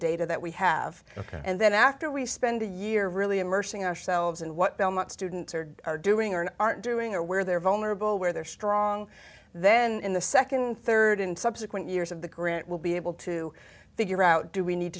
data that we have and then after we spend a year really immersing ourselves in what belmont students are doing or are doing or where they're vulnerable where they're strong then in the nd rd and subsequent years of the grant will be able to figure out do we need